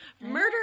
Murder